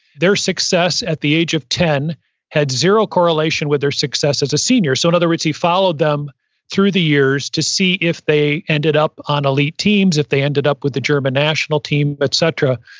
their success at the age of ten had zero correlation with their success as a senior. so in other words, he followed them through the years to see if they ended up on elite teams, if they ended up with the german national team, et cetera.